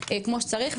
כמו שצריך,